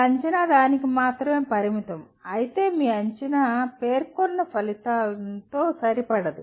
మీ అంచనా దానికి మాత్రమే పరిమితం అయితే మీ అంచనా పేర్కొన్న ఫలితంతో సరిపడదు